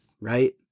right